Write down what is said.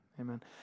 Amen